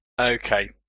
okay